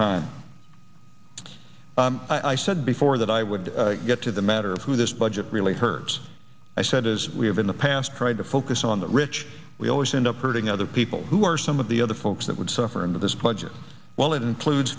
time i said before that i would get to the matter of who this budget really hurts i said as we have in the past trying to focus on the rich we always end up hurting other people who are some of the other folks that would suffer in this project well that includes